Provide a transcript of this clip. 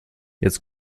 jetzt